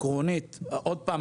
עוד פעם,